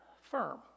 firm